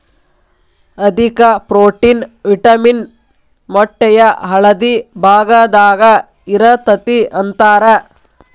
ಅಧಿಕ protein, vitamin ಮೊಟ್ಟೆಯ ಹಳದಿ ಭಾಗದಾಗ ಇರತತಿ ಅಂತಾರ